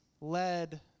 led